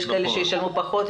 יש כאלה שישלמו פחות,